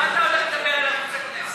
מה אתה הולך לדבר על ערוץ הכנסת?